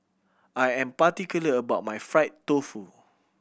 I am particular about my fried tofu